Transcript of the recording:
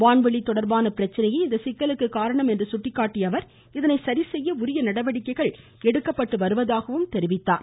வான்வெளி தொடர்பான பிரச்னையே இச்சிக்கலுக்கு காரணம் என்று சுட்டிக்காட்டிய அவர் இதனை சரிசெய்ய உரிய நடவடிக்கைகள் எடுக்கப்பட்டு வருவதாக குறிப்பிட்டார்